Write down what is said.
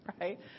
right